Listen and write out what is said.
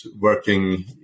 working